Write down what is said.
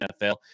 NFL